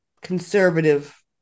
conservative